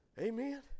Amen